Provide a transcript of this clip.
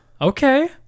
Okay